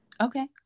Okay